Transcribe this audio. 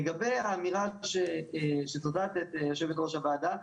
לגבי האמירה שציטטת, יושבת ראש הוועדה.